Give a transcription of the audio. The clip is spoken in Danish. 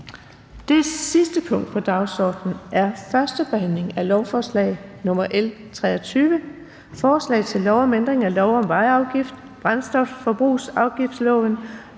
Det sidste punkt på dagsordenen er: 6) 1. behandling af lovforslag nr. L 23: Forslag til lov om ændring af lov om vejafgift, brændstofforbrugsafgiftsloven,